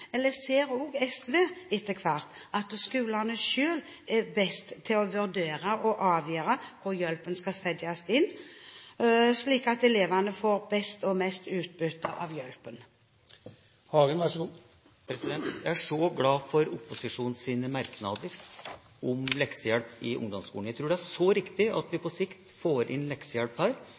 eller ser også SV etter hvert at skolene selv er best til å vurdere og å avgjøre hvor hjelpen skal settes inn, slik at elevene får best og mest utbytte av hjelpen? Jeg er veldig glad for opposisjonens merknader om leksehjelp i ungdomsskolen. Jeg tror det er riktig at vi på sikt får inn leksehjelp her,